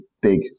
big